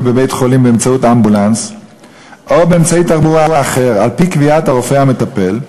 בבית-חולים באמצעות אמבולנס או באמצעי תחבורה אחר על-פי קביעת הרופא המטפל,